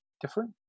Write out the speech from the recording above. different